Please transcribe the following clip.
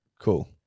Cool